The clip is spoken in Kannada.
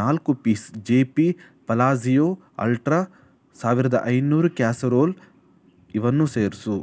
ನಾಲ್ಕು piece J P Palazzio ultra ಸಾವಿರದ ಐನೂರು ಕ್ಯಾಸರೋಲ್ ಇವನ್ನು ಸೇರಿಸು